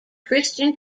christian